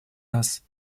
нас